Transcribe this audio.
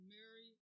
Mary